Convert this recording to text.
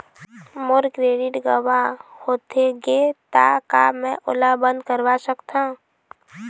मोर credit गंवा होथे गे ता का मैं ओला बंद करवा सकथों?